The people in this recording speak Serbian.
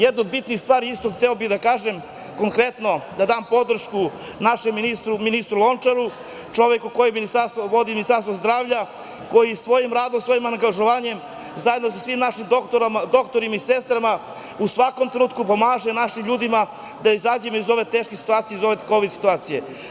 Jedna od bitnih stvari istog hteo bih da kažem konkretno da dam podršku našem ministru Lončaru, čoveku koji vodi Ministarstvo zdravlja, koji svojim radom, svojim angažovanjem, zajedno sa svim našim doktorima i sestrama u svakom trenutku pomaže našim ljudima da izađemo iz ove teške situacije, iz ove kovid situacije.